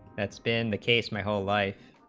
that's been the case my whole life